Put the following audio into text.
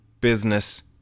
business